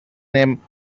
name